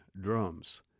drums